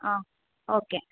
ಹಾಂ ಓಕೆ